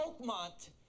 Oakmont